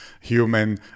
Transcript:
human